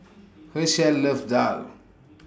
Hershell loves Daal